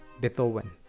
Beethoven